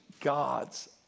God's